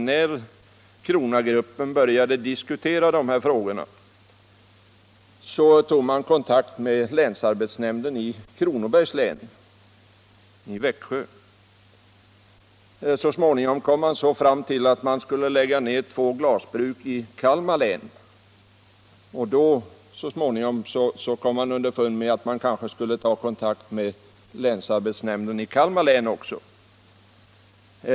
När Kronagruppen började diskutera de här frågorna tog man kontakt med länsarbetsnämnden i Kronobergs län, i Växjö. Så småningom kom man fram till att man skulle lägga ner två glasbruk i Kalmar län, och då kom man underfund med att man kanske borde ta kontakt med länsarbetsnämnden i Kalmar län också.